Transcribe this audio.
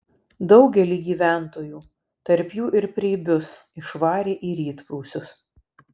daugelį gyventojų tarp jų ir preibius išvarė į rytprūsius